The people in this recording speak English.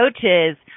coaches